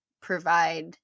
provide